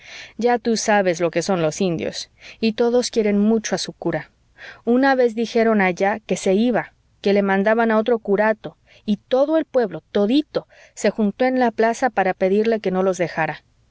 ya tú sabes lo que son los indios y todos quieren mucho a su cura una vez dijeron allá que se iba que le mandaban a otro curato y todo el pueblo todito se juntó en la plaza para pedirle que no los dejara